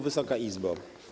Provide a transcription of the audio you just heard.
Wysoka Izbo!